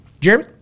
jeremy